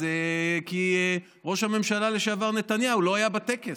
כי ראש הממשלה לשעבר נתניהו לא היה בטקס,